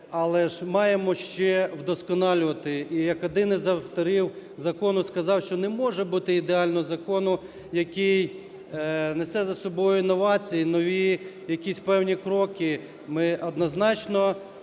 але ж маємо ще вдосконалювати. І, як один з авторів закону сказав, що не може бути ідеального закону, який несе за собою новації, нові якісь певні кроки. Ми однозначно